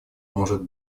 может